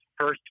first